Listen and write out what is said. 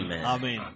Amen